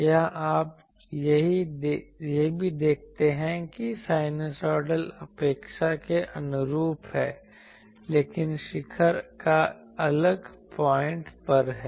यहां आप यह भी देखते हैं कि साइनूसोइडल अपेक्षा के अनुरूप है लेकिन शिखर एक अलग पॉइंट पर है